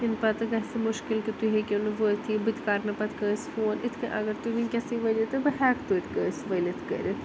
یِنہٕ پتہٕ گَژھہِ مُشکِل کہِ تُہۍ ہیٚکِو نہٕ وٲتتھٕے بہٕ تہِ کَرٕنہٕ پتہٕ کانٛسہِ فون یِتھ کٔنۍ اگر تُہۍ وُنکیٚسٕے ؤنِو تہِ بہٕ ہیٚکہٕ تۄتہِ کانٛسہِ ؤنِتھ کٔرِتھ